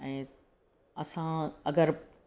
ऐं असां अगरि